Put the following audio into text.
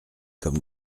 comme